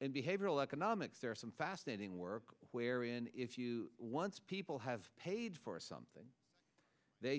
and behavioral economics or some fascinating work wherein if you once people have paid for something they